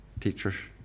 teachers